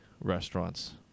restaurants